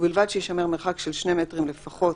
ובלבד שיישמר מרחק של שני מטרים לפחות